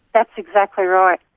that's exactly right,